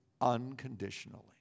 unconditionally